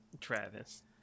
Travis